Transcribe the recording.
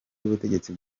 y’ubutegetsi